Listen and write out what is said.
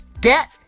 Get